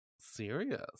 serious